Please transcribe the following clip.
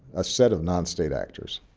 a set of non-state actors